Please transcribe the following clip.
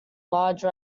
large